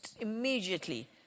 Immediately